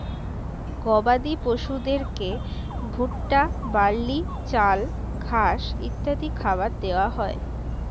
গবাদি পশুদেরকে ভুট্টা, বার্লি, চাল, ঘাস ইত্যাদি খাবার দেওয়া হয়